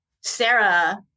Sarah